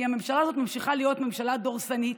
כי הממשלה הזאת ממשיכה להיות ממשלה דורסנית,